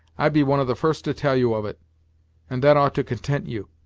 i'd be one of the first to tell you of it and that ought to content you.